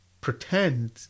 pretend